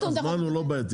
תקשיבו הזמן הוא לא בעייתי,